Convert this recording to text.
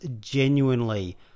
genuinely